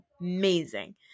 amazing